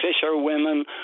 fisherwomen